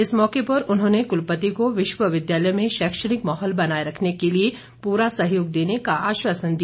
इस मौके पर उन्होंने कुलपति को विश्वविद्यालय में शैक्षणिक माहौल बनाए रखने के लिए पूरा सहयोग देने का आश्वासन दिया